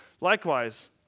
Likewise